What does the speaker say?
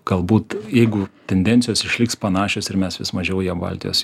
galbūt jeigu tendencijos išliks panašios ir mes vis mažiau ją baltijos